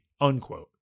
Unquote